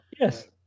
Yes